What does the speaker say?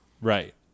Right